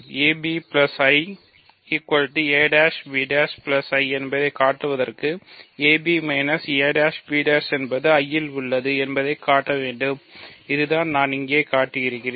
abI a'b'I என்பதை காட்டுவதற்கு ab a b' என்பது I இல் உள்ளது என்பதை நான் காட்ட வேண்டும் இதுதான் நான் இங்கே காட்டியிருக்கிறேன்